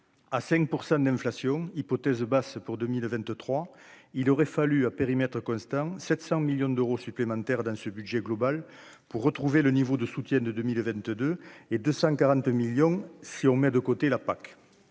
à 5 % d'inflation, hypothèse basse pour 2023, il aurait fallu, à périmètre constant, 700 millions d'euros supplémentaires dans ce budget global pour retrouver le niveau de soutien de 2000 22 et de 140 millions si on met de côté la PAC,